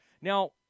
Now